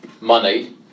money